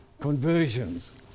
conversions